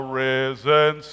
risen